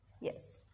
yes